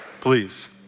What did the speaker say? please